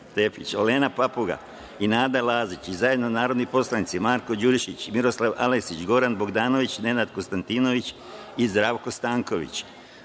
Olena Papuga i Nada Lazić i zajedno narodni poslanici Marko Đurišić, Miroslav Aleksić, Goran Bogdanović, Nenad Konstantinović i Zdravko Stanković. Vlada